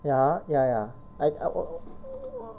ya ya ya i~ i~ i~